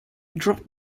dropped